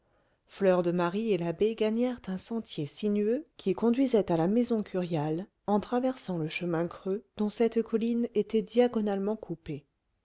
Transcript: fleur de marie et l'abbé gagnèrent un sentier sinueux qui conduisait à la maison curiale en traversant le chemin creux dont cette colline était diagonalement coupée